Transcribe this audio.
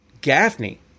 Gaffney